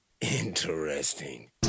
Interesting